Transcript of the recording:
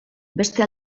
beste